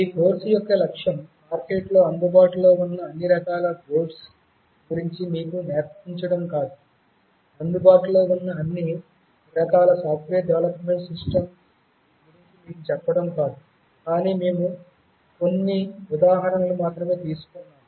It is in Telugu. ఈ కోర్సు యొక్క లక్ష్యం మార్కెట్లో అందుబాటులో ఉన్న అన్ని రకాల బోర్డుల గురించి మీకు నేర్పించడం కాదు అందుబాటులో ఉన్న అన్ని రకాల సాఫ్ట్వేర్ డెవలప్మెంట్ సిస్టమ్స్ గురించి మీకు చెప్పడం కాదు కానీ మేము కొన్ని ఉదాహరణలు మాత్రమే తీసుకున్నాము